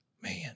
Man